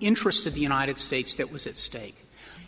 interest of the united states that was at stake